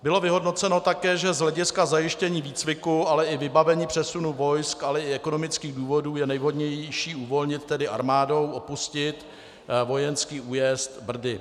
Bylo také vyhodnoceno, že z hlediska zajištění výcviku, ale i vybavení přesunu vojsk, ale i ekonomických důvodů je nejvhodnější uvolnit, tedy armádou opustit, vojenský újezd Brdy.